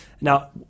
Now